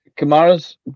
Kamara's